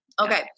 Okay